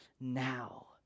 now